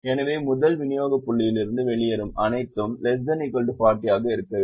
எனவே முதல் விநியோக புள்ளியிலிருந்து வெளியேறும் அனைத்தும் ≤ 40 ஆக இருக்க வேண்டும்